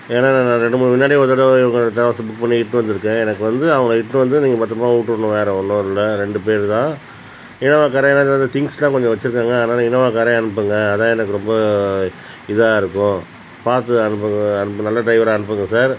ஏன்னால் நா நான் ரெண்டு மூணு முன்னாடி ஒரு தடவை இவங்களோட டிராவல்ஸில் புக் பண்ணி இட்டுனு வந்திருக்கேன் எனக்கு வந்து அவங்கள இட்டுனு வந்து நீங்கள் பத்திரமாக விட்டுற்ணும் வேறு ஒன்றும் இல்லை ரெண்டு பேர் தான் ஏன்னால் திங்க்ஸ்யெலாம் கொஞ்சம் வெச்சுருக்காங்க அதனால் இனோவா காரே அனுப்புங்க அதுதான் எனக்கு ரொம்ப இதாக இருக்கும் பார்த்து அனுப்புங்க அனுப்பு நல்ல டிரைவராக அனுப்புங்க சார்